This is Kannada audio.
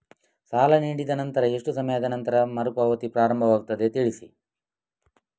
ಸಾಲ ನೀಡಿದ ನಂತರ ಎಷ್ಟು ಸಮಯದ ನಂತರ ಮರುಪಾವತಿ ಪ್ರಾರಂಭವಾಗುತ್ತದೆ ತಿಳಿಸಿ?